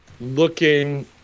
looking